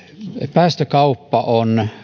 päästökauppa on